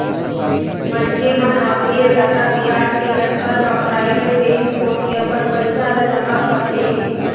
मनखे मन ह फेर जादा बियाज के चक्कर म पराइवेट बेंक कोती अपन पइसा ल जमा करथे